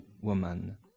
woman